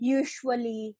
usually